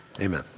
amen